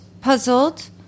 Puzzled